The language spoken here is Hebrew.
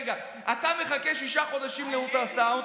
רגע אתה מחכה שישה חודשים לאולטרסאונד,